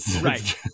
right